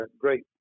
great